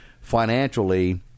financially